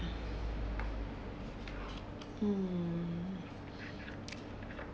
mm